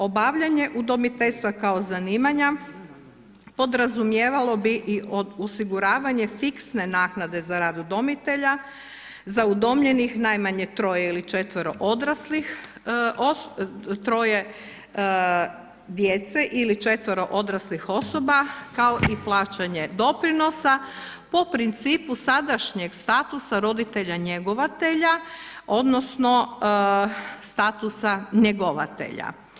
Obavljanje udomiteljstva kao zanimanja podrazumijevalo bi i osiguravanje fiksne naknade za rad udomitelja, za udomljenih najmanje troje ili četvero odraslih, troje djece ili četvero odraslih osoba, kao i plaćanje doprinosa po principu sadašnjeg statusa roditelja-njegovatelja odnosno statusa njegovatelja.